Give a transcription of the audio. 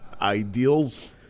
ideals